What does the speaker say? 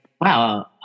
wow